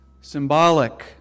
symbolic